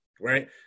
right